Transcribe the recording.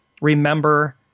remember